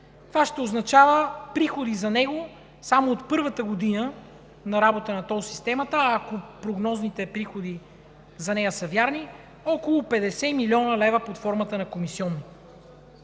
това ще означава приходи за него, само от първата година на работа на тол системата, а ако прогнозните приходи за нея са верни – около 50 млн. лв. под формата на комисиони.